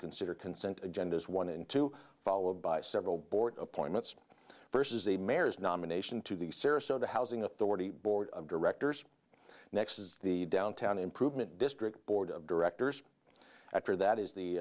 consider consent agendas one and two followed by several board appointments vs a mare's nomination to the sarasota housing authority board of directors next is the downtown improvement district board of directors after that is the